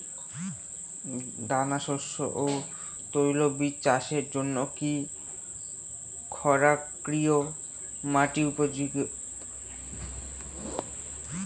দানাশস্য ও তৈলবীজ চাষের জন্য কি ক্ষারকীয় মাটি উপযোগী?